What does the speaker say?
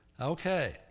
Okay